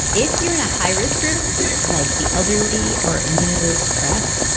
if you're in a high-risk group like the elderly or immunosuppressed,